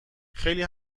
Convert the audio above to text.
خیلی